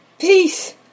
Peace